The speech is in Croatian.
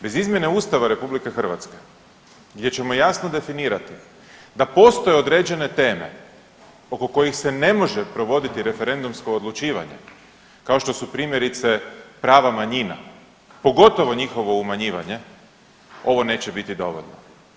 Bez izmjene Ustava RH gdje ćemo jasno definirati da postoje određene teme oko kojih se ne može provoditi referendumsko odlučivanje kao što su primjerice prava manjina, pogotovo njihovo umanjivanje ovo neće biti dobro.